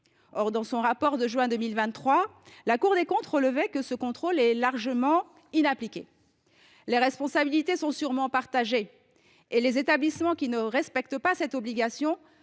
Or, dans son rapport de juin 2023, la Cour des comptes relevait que ce contrôle reste « largement inappliqué ». Les responsabilités sont probablement partagées, et les établissements qui ne respectent pas leurs obligations